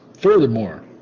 Furthermore